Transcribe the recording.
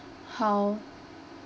how